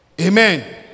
Amen